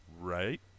right